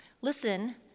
Listen